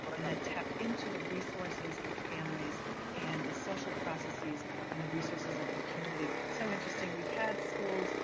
and that tap into the resources of families and the social processes and the resources of the community. so interesting. we've had schools,